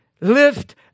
Lift